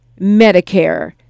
Medicare